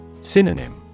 Synonym